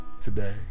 today